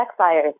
backfires